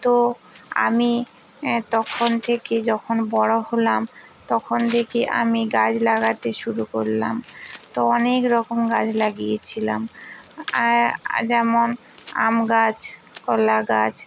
তো আমি তখন থেকে যখন বড় হলাম তখন থেকে আমি গাছ লাগাতে শুরু করলাম তো অনেকরকম গাছ লাগিয়েছিলাম যেমন আম গাছ কলা গাছ